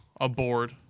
aboard